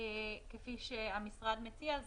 כפי שהמשרד מציע,